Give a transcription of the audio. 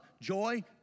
joy